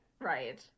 Right